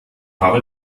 habe